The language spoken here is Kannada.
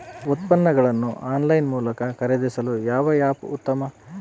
ಉತ್ಪನ್ನಗಳನ್ನು ಆನ್ಲೈನ್ ಮೂಲಕ ಖರೇದಿಸಲು ಯಾವ ಆ್ಯಪ್ ಉತ್ತಮ?